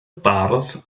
bardd